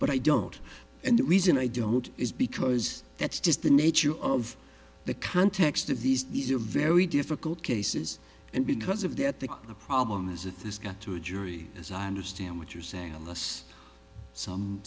but i don't and the reason i don't is because that's just the nature of the context of these these are very difficult cases and because of that the the problem is that this got to a jury as i understand what you're saying unless some